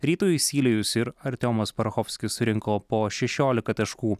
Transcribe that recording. rytui sylėjus ir artiomas parachovskis surinko po šešiolika taškų